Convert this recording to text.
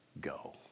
go